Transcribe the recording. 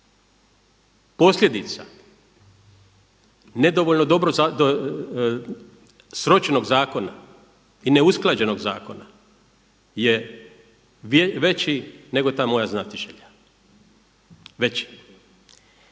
posljedica nedovoljno dobro sročenog zakona i neusklađenog zakona je veći nego ta moja znatiželja, veći.